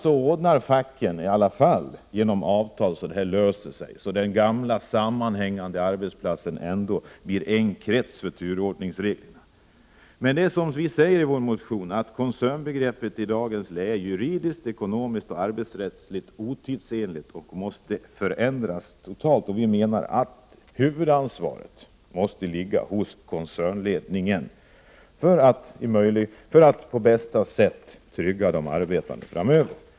Facken ordnar ändock i många fall genom avtal så att detta löser sig och så att den gamla sammanhängande arbetsplatsen blir en enda krets när det gäller turordningsreglerna. I vår motion säger vi att koncernbegreppet i dagens läge är juridiskt, ekonomiskt och arbetsrättsligt otidsenligt och att det måste förändras totalt. Huvudansvaret måste ligga hos koncernledningen för att man på bästa sätt framöver skall kunna ge de arbetande trygghet.